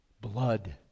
blood